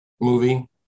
movie